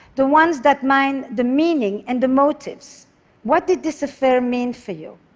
the ones that mine the meaning and the motives what did this affair mean for you?